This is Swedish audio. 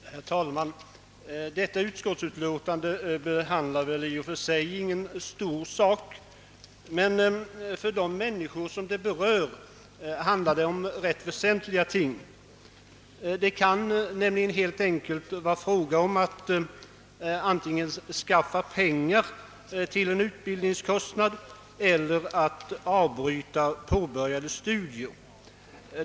Herr talman! Föreliggande utskottsutlåtande behandlar i och för sig ingen större fråga, men för de människor som berörs därav är den väsentlig. Det kan nämligen för dem innebära skillnaden mellan att antingen erhålla pengar till en utbildningskostnad eller att behöva avbryta påbörjade studier.